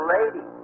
lady